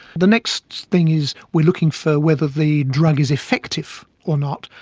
the next thing is we are looking for whether the drug is effective or not,